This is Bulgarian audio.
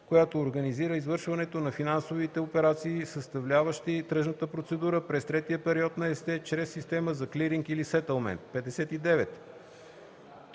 която организира извършването на финансовите операции, съставляващи тръжната процедура, през третия период на ЕСТЕ чрез система за клиринг или сетълмент.